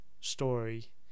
story